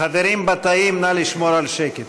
חברים בתאים, נא לשמור על שקט.